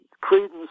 credence